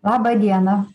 laba diena